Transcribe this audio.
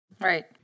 right